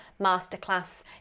masterclass